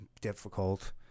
difficult